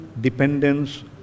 dependence